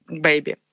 baby